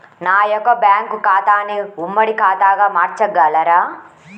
నా యొక్క బ్యాంకు ఖాతాని ఉమ్మడి ఖాతాగా మార్చగలరా?